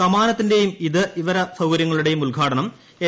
കമാനത്തിന്റെയും ഇതര സൌകര്യങ്ങളുടെയും ഉദ്ഘാടനം എൻ